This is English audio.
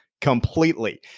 completely